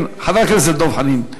חבר הכנסת דב חנין.